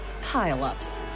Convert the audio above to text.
pile-ups